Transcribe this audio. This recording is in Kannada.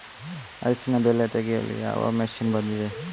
ಅರಿಶಿನ ಬೆಳೆ ತೆಗೆಯಲು ಯಾವ ಮಷೀನ್ ಬಂದಿದೆ?